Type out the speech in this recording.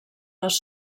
les